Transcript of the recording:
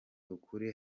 ukuri